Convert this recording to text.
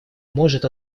может